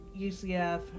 UCF